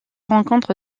rencontre